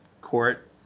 court